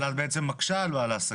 אבל את בעצם מקשה על בעלי העסקים,